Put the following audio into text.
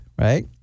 right